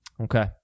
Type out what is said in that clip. Okay